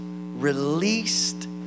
released